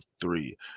three